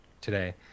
today